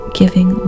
giving